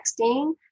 texting